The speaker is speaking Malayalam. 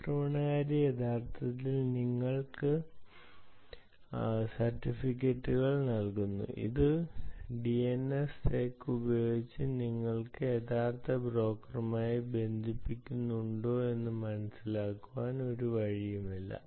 ആക്രമണകാരി യഥാർത്ഥത്തിൽ നിങ്ങൾക്ക് സർട്ടിഫിക്കറ്റുകൾ നൽകുന്നു അത് DNSsec ഉപയോഗിച്ച് നിങ്ങൾ യഥാർത്ഥ ബ്രോക്കറുമായി ബന്ധിപ്പിക്കുന്നുണ്ടോയെന്ന് മനസ്സിലാക്കാൻ ഒരു വഴിയുമില്ല